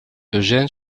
eugène